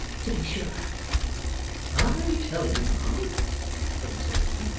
to be sure i tell you, ma'am said mr witherden,